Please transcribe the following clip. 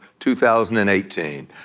2018